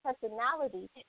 personality